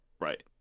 Right